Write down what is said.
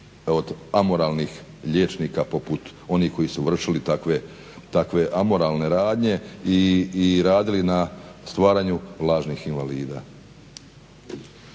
amoralnih liječnika poput onih koji su vršili takve amoralne radnje i radili na stvaranju lažni invalida.